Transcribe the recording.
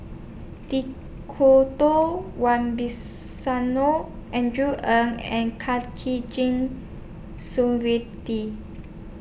Djoko Wibisono Andrew Ang and Khatijah Surattee